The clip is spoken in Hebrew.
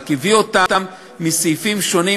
רק הביאו אותו מסעיפים שונים,